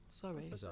sorry